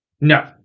No